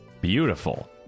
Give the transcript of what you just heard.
beautiful